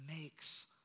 makes